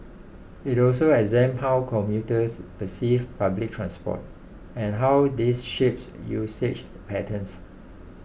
it also examined how commuters perceive public transport and how this shapes usage patterns